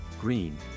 green